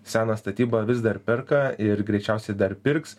seną statybą vis dar perka ir greičiausiai dar pirks